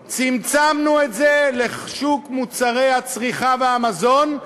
2. צמצמנו את זה לשוק מוצרי הצריכה והמזון,